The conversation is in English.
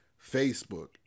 Facebook